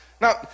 Now